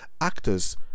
Actors